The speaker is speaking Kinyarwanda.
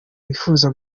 wifuza